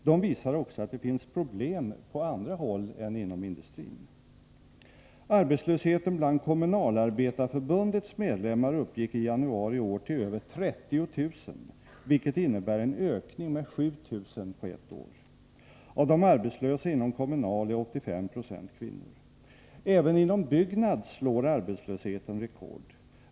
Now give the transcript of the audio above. De visar också att det finns problem på andra håll än inom industrin. Arbetslösheten bland Kommunalarbetareförbundets medlemmar uppgick i januari i år till över 30 000, vilket innebär en ökning med 7 000 på ett år. Av de arbetslösa inom Kommunal är 85 96 kvinnor. Även inom Byggnads slår arbetslösheten rekord.